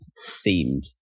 seemed